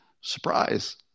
Surprise